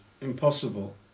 impossible